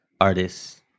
artists